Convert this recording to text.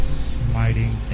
smiting